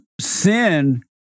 sin